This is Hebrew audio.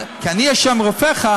כי אני ה' רופאך,